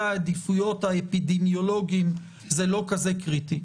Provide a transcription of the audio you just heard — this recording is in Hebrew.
העדיפויות האפידמיולוגיים זה לא כל כך קריטי.